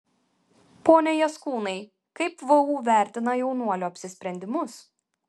pone jaskūnai kaip vu vertina jaunuolių apsisprendimus